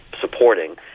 supporting